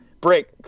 Break